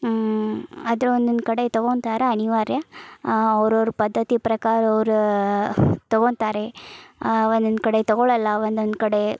ಆದರೆ ಒಂದೊಂದು ಕಡೆ ತೊಗೊಂತಾರೆ ಅನಿವಾರ್ಯ ಅವ್ರವ್ರ ಪದ್ಧತಿ ಪ್ರಕಾರ ಅವ್ರು ತೊಗೋತಾರೆ ಒಂದೊಂದು ಕಡೆ ತೊಗೊಳ್ಳೋಲ್ಲ ಒಂದೊಂದು ಕಡೆ